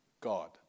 God